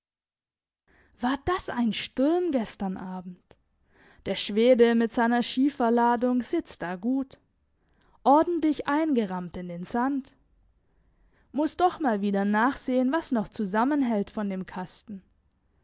war das ein sturm gestern abend der schwede mit seiner schieferladung sitzt da gut ordentlich eingerammt in den sand muss doch mal wieder nachsehen was noch zusammenhält von dem kasten